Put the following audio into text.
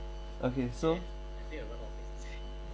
okay so